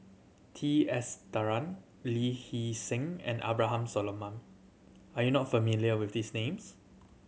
T Sasitharan Lee Hee Seng and Abraham Solomon are you not familiar with these names